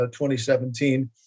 2017